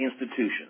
institutions